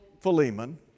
Philemon